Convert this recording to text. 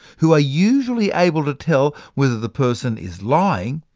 who are usually able to tell whether the person is lying,